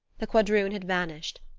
the quadroon had vanished.